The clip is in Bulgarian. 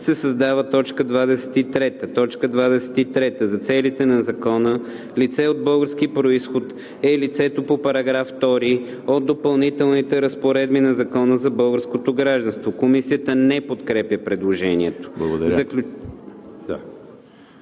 се създава т. 23: т. 23. За целите на закона „Лице от български произход“ е лицето по § 2 от Допълнителните разпоредби на Закона за българското гражданство.“ Комисията не подкрепя предложението.